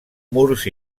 murs